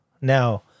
Now